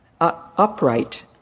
upright